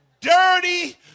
dirty